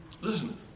Listen